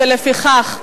לפיכך,